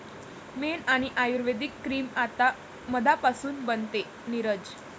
मेण आणि आयुर्वेदिक क्रीम आता मधापासून बनते, नीरज